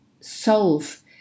solve